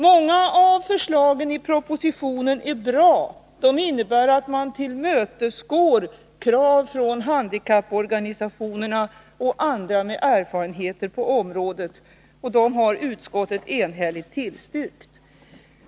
Många av förslagen i propositionen är bra. De innebär att man tillmötesgår krav från handikapporganisationerna och andra med erfarenheter på området. Dem har utskottet enhälligt tillstyrkt.